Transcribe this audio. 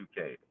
2K